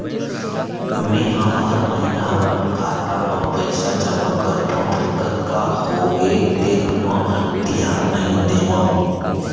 मेंहा हर महिना अपन खाता म पइसा जमा करथँव फेर कतका होगे तेन म धियान नइ देवँव